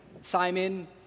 Simon